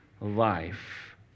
life